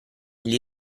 gli